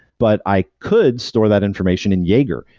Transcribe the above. but i could store that information in jaeger,